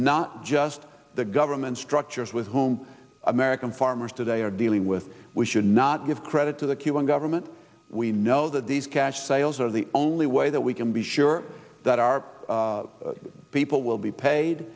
not just the government structures with whom american farmers today are dealing with we should not give credit to the cuban government we know that these cash sales are the only way that we can be sure that our people will be paid